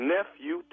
Nephew